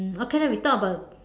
um okay then we talk about